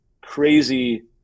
crazy